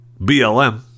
blm